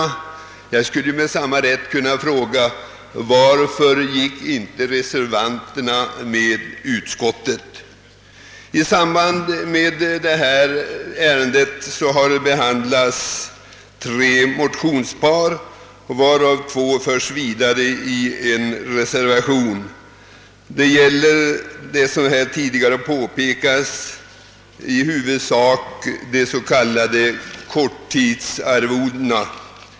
Jag skulle med samma rätt kunna fråga: Varför gick inte reservanterna med utskottet? I samband med detta ärende har behandlats tre motionspar, varav två förs vidare i en reservation. Som här tidigare har påpekats avses i huvudsak de s.k. korttidsarvodena.